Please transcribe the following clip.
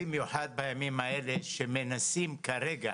במיוחד בימים האלה כשמנסים כרגע,